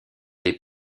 les